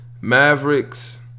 Mavericks